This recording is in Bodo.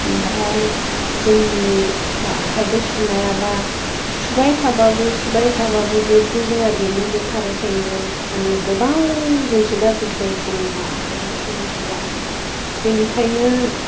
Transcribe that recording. ओमफ्राय जोंनि आखाइदो सुनायाबा सुबाय थाबाबो सुबाय थाबाबो जेबो जाया बेनो बे थाबाय थायो माने गोबाव जोंसो गाज्रि जायो जोंनिया आखाइजों सुनाय जिया बेनिखाइनो